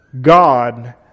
God